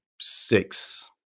six